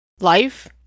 Life